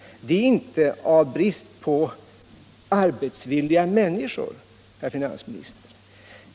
Det kan inte vara av brist på arbetsvilliga människor, herr finansminister.